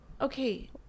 Okay